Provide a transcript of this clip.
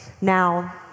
Now